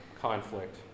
conflict